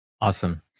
Awesome